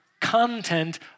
content